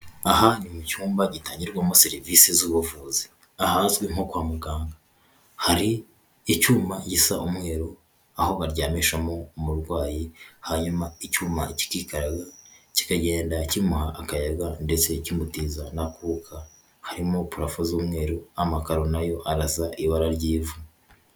Aha ni mu cyumba gitangirwamo serivisi z'ubuvuzi ahazwi nko kwa muganga. Hari icyuma gisa umweru aho baryamishamo umurwayi, hanyuma icyuma kikikaraga kikagenda kimuha akayaga ndetse kimutiza n'akuka, harimo purafo z'umweru, amakaro na yo arasa ibara ry'ivu.